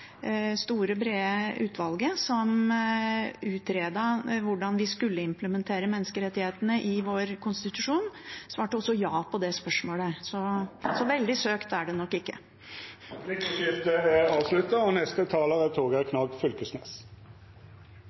store, brede utvalget som utredet hvordan vi skulle implementere menneskerettighetene i vår konstitusjon, som svarte ja på det spørsmålet – så veldig søkt er det nok ikke. Replikkordskiftet er avslutta. Eg har berre nokre få kommentarar. Noreg er